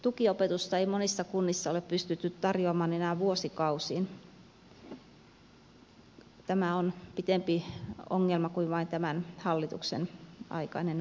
tukiopetusta ei monissa kunnissa ole pystytty tarjoamaan enää vuosikausiin tämä on pitempiaikainen ongelma kuin vain tämän hallituksen aikainen ongelma